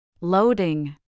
Loading